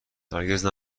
هرگز